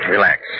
Relax